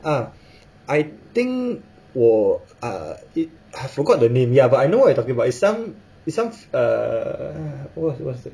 ah I think 我 ah it I forgot the name ya but I know what you're talking about it's some it's some err what what's that